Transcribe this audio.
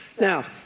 Now